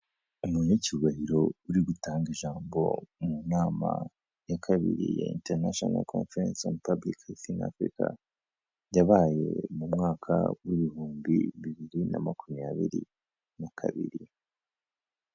Umunyacyubahiro uri gutanga ijambo mu nama ya kabiri ya International conference on public Health in Africa, yabaye mu mwaka w'ibihumbi bibiri na makumyabiri na kabiri.